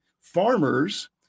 Farmers